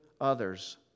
others